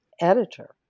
editor